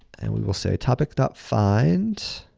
and we will say, topics find.